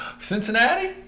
Cincinnati